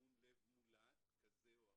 מום לב מולד כזה או אחר,